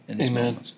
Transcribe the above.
Amen